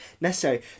necessary